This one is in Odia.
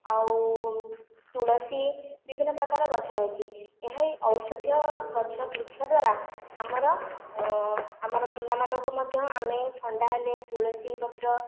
ଆଉ ତୁଳସୀ ବିଭିନ୍ନ ପ୍ରକାରର ଗଛ ରହିଛି ଏହି ଔଷଧୀୟ ଗଛ ବୃକ୍ଷ ଦ୍ୱାରା ଆମର ଆମର ପିଲାମାନଙ୍କୁ ମଧ୍ୟ ଆମେ ଥଣ୍ଡା ହେଲେ ତୁଳସୀ ପତ୍ର